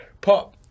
Pop